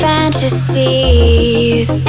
Fantasies